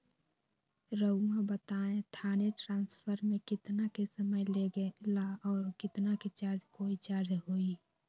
रहुआ बताएं थाने ट्रांसफर में कितना के समय लेगेला और कितना के चार्ज कोई चार्ज होई?